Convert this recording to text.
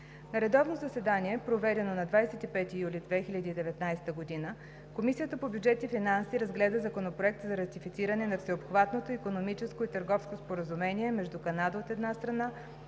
На редовно заседание, проведено на 25 юли 2019 г., Комисията по бюджет и финанси разгледа Законопроект за ратифициране на Всеобхватното икономическо и търговско споразумение между Канада, от една страна,